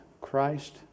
Christ